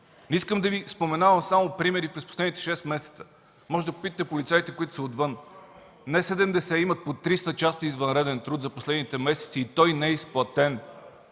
Не искам да Ви споменавам примери само през последните шест месеца. Може да попитате полицаите, които са отвън – не 70, имат по 300 часа извънреден труд за последните месеци и той не е изплатен.